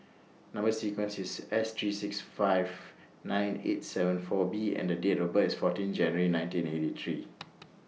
Number sequence IS S three six five nine eight seven four B and The Date of birth IS fourteen January nineteen eighty three